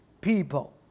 people